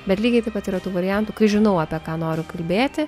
bet lygiai taip pat yra tų variantų kai žinau apie ką noriu kalbėti